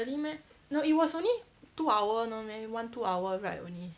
really meh no it was only two hour no meh one two hour ride only